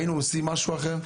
היינו עושים משהו אחר.